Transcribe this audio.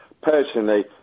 Personally